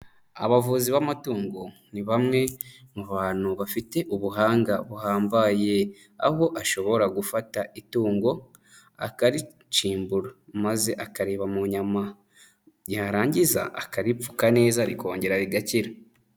Abavuzi b'amatungo ni bamwe mu bantu bafite ubuhanga buhambaye, aho ashobora gufata itungo akaricimbura, maze akareba mu nyama, yarangiza akaripfuka neza, rikongera rigakira.